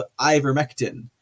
ivermectin